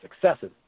successes